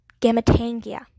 gametangia